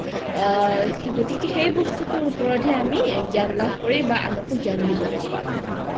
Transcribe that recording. গতিকে সেই বস্তুটোৰ ওপৰতহে আমি জ্ঞান লাভ কৰি আনকো জ্ঞান দিব লাগে